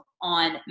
on